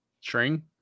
String